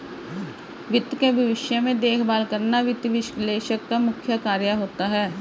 वित्त के भविष्य में देखभाल करना वित्त विश्लेषक का मुख्य कार्य होता है